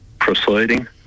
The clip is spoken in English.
proceeding